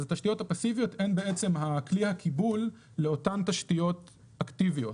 התשתיות הפאסיביות הן בעצם כלי הקיבול לאותן תשתיות אקטיביות.